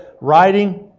writing